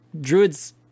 Druids